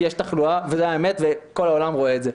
כי יש תחלואה וזו האמת וכל העולם רואה את זה.